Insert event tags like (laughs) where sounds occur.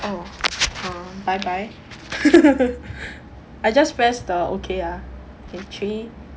oh uh bye bye (laughs) I just press the okay ah K three